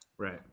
Right